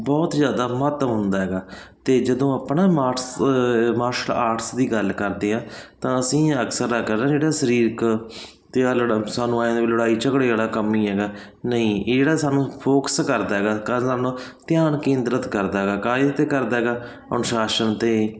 ਬਹੁਤ ਜ਼ਿਆਦਾ ਮਹੱਤਵ ਹੁੰਦਾ ਹੈਗਾ ਅਤੇ ਜਦੋਂ ਆਪਾਂ ਨਾ ਮਾਰਟਸ ਮਾਰਸ਼ਲ ਆਰਟਸ ਦੀ ਗੱਲ ਕਰਦੇ ਹਾਂ ਤਾਂ ਅਸੀਂ ਅਕਸਰ ਅਗਰ ਜਿਹੜਾ ਸਰੀਰਕ ਅਤੇ ਆ ਲੜ ਸਾਨੂੰ ਐਂ ਲੜਾਈ ਝਗੜੇ ਵਾਲਾ ਕੰਮ ਹੀ ਹੈਗਾ ਨਹੀਂ ਇਹ ਜਿਹੜਾ ਸਾਨੂੰ ਫੋਕਸ ਕਰਦਾ ਹੈਗਾ ਧਿਆਨ ਕੇਂਦਰਿਤ ਕਰਦਾ ਹੈਗਾ ਕਾਹਦੇ 'ਤੇ ਕਰਦਾ ਹੈਗਾ ਅਨੁਸ਼ਾਸਨ 'ਤੇ